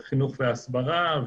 חינוך והסברה,